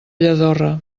lladorre